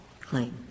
claim